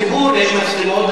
יש מצלמות,